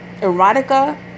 erotica